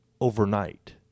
overnight